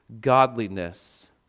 godliness